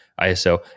ISO